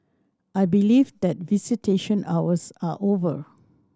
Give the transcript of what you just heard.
I believe that visitation hours are over